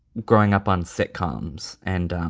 growing up on sitcoms and